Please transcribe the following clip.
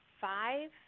five